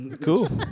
Cool